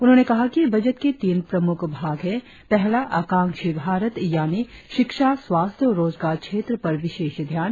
उन्होने कहा कि बजट के तीन प्रमुख भाग है पहला आकांक्षी भारत यानि शिक्षा स्वास्थ्य और रोजगार क्षेत्र पर विशेष ध्यान